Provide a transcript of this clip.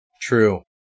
True